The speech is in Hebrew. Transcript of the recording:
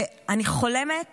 אני חולמת